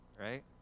right